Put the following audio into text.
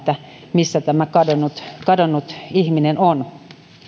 missä tämä kadonnut kadonnut ihminen on lemmikkieläimillähän on